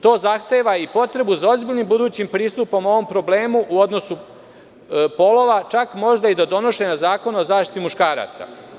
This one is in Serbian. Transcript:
To zahteva i potrebu za ozbiljnim budućim pristupom u ovom problemu u odnosu polova, čak možda i do donošenja zakona o zaštiti muškaraca.